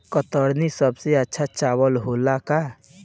कतरनी सबसे अच्छा चावल होला का?